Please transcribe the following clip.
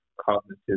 cognitive